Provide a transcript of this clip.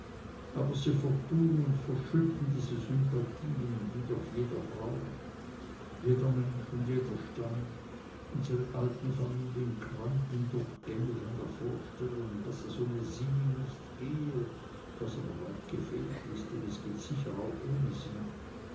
aber sie vertun und verschütten diese sympathien die doch jeder braucht jeder mensch und jeder stand unsre alten familien kranken durchgängig an der vorstellung daß es ohne sie nicht gehe was aber weit gefehlt ist denn es geht sicher auch ohne sie